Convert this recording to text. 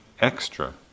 extra